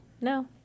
No